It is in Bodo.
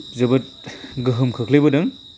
जोबोद गोहोम खोख्लैबोदों